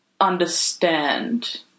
understand